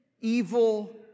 evil